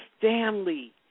family